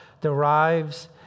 derives